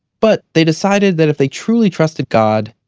but they decided that if they truly trusted god,